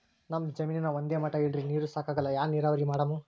ನಮ್ ಜಮೀನ ಒಂದೇ ಮಟಾ ಇಲ್ರಿ, ನೀರೂ ಸಾಕಾಗಲ್ಲ, ಯಾ ನೀರಾವರಿ ಮಾಡಮು?